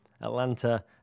Atlanta